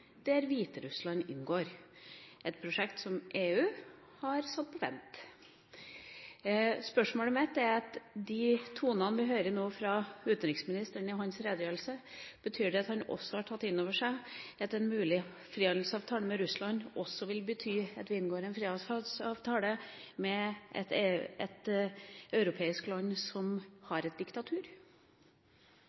der Hviterussland inngår – et prosjekt som EU har satt på vent. Spørsmålet mitt er: Betyr de tonene vi hører fra utenriksministeren nå og i hans redegjørelse, at han har tatt inn over seg at en mulig frihandelsavtale med Russland også vil bety at vi inngår en frihandelsavtale med et europeisk land som har et diktatur?